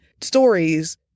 stories